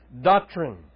doctrine